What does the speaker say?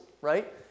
right